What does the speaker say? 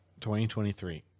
2023